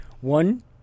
One